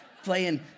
Playing